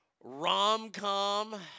Rom-com